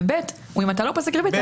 ו-(ב) אם אתה לא פוסק ריבית,